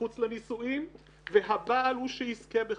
מחוץ לנישואין והבעל הוא שיזכה בכך.